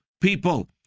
people